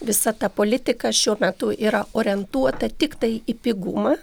visa ta politika šiuo metu yra orientuota tiktai į pigumą